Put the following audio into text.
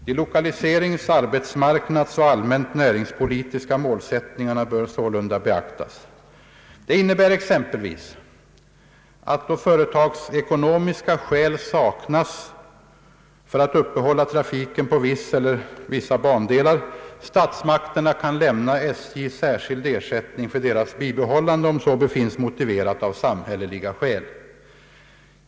De lokaliserings-, arbetsmarknadsoch allmänt näringspolitiska målsättningarna bör sålunda beaktas. Det innebär exempelvis att då företagsekonomiska skäl saknas för att uppehålla trafiken på viss eller vissa bandelar kan statsmakterna lämna SJ särskild ersättning för banornas bibehållande, om så befinns motiverat av samhälleliga skäl.